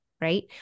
Right